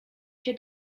się